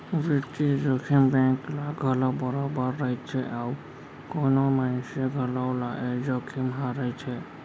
बित्तीय जोखिम बेंक ल घलौ बरोबर रइथे अउ कोनो मनसे घलौ ल ए जोखिम ह रइथे